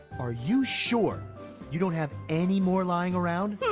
are you sure you don't have any more lying around?